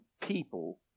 people